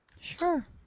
sure